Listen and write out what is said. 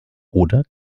oder